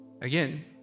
Again